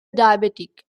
diabetic